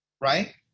right